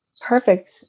perfect